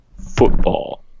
football